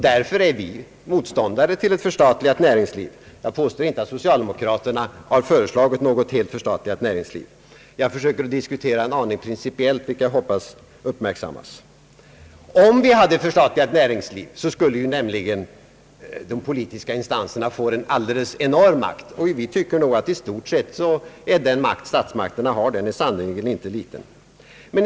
Vi är motståndare till ett förstatligat näringsliv. Jag påstår inte att socialdemokraterna har föreslagit något helt förstatligat näringsliv, utan jag försöker diskutera frågan mer principiellt, vilket jag hoppas uppmärksammas. Ett förstatligat näringsliv skulle ge de politiska instanserna en alldeles enorm makt, och vi tycker nog att den makt som statsmakterna redan har sannerligen inte är liten.